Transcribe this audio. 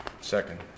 second